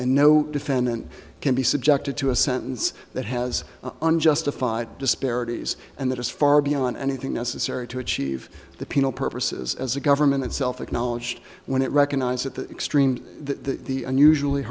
and no defendant can be subjected to a sentence that has unjustified disparities and that is far beyond anything necessary to achieve the penal purposes as the government itself acknowledged when it recognized at the extreme that the unusually